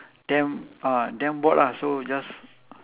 then ah then bored lah so just